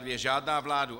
II. žádá vládu,